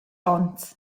ons